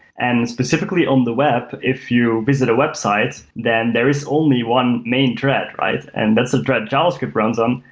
and specifically, on the web, if you visit a website, then there is only one main thread, right? and that's a thread javascript runs on.